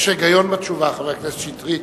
יש היגיון בתשובה, חבר הכנסת שטרית.